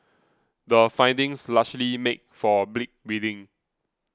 the findings largely make for bleak reading